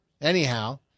Anyhow